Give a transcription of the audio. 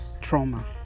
trauma